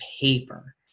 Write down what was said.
paper